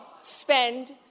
spend